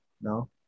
No